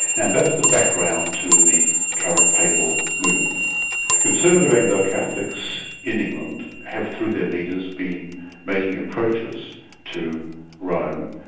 and that's the background to the current papal move. the conservative anglo catholics in england have through their leaders been making approaches to rome,